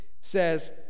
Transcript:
says